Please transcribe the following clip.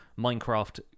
minecraft